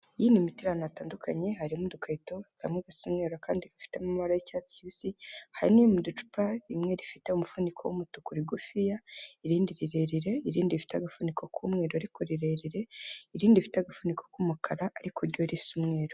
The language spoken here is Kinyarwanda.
Iyi ni miti iri ahantu hatandukanye, harimo udukarito, kamwe gasa umweru kandi gafite amabara y'icyatsi kibisi, hari niri mu macupa, rimwe rifite umufuniko w'umutuku rigufi, irindi rirerire, irindi rifite agafuniko k'umweru ariko rirerire, irindi rifite agafuniko k'umukara ariko ryo risa umweru.